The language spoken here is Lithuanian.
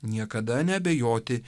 niekada neabejoti